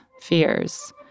fears